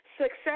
Success